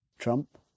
Trump